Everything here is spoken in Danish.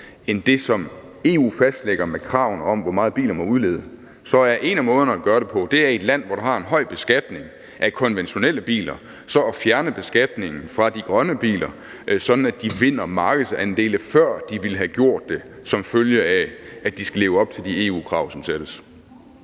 end det, som EU fastlægger via kravene om, hvor meget biler må udlede, så er der måder at gøre det på. I et land, hvor du har en høj beskatning af konventionelle biler, er én af måderne, at du kan fjerne beskatningen fra de grønne biler, sådan at de vinder markedsandele, før de ellers ville have gjort det, som følge af at de skal leve op til de EU-krav, som stilles.